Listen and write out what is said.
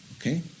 Okay